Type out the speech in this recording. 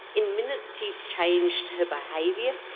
in minutes she has changed her behaviour,